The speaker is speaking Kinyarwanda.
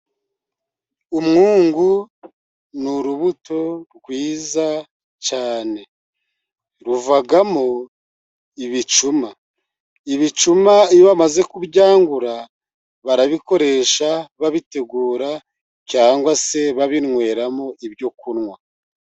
Umwungu ni urubuto rwiza cyane ruvamo ibicuma, ibicuma iyo bamaze kubyangura barabikoresha babitegura cyangwa se babinyweramo ibyo kunywa.